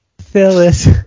Phyllis